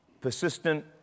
Persistent